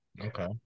Okay